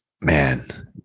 man